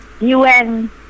UN